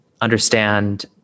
understand